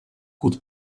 could